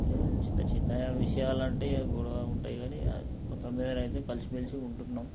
ఏ చిన్న చిన్న విషయాలు అంటే ఏం గొడవ ఉంటాయి కానీ మొత్తం మీదైతే కలిసిమెలిసి ఉంటున్నాం